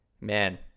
man